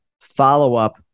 follow-up